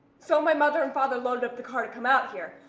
so my mother and father loaded up the car to come out here,